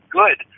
good